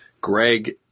Greg